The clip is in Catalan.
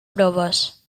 proves